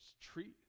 treat